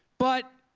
but,